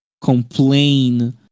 complain